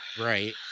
Right